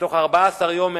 שבתוך 14 יום מהיום,